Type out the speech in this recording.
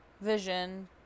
Vision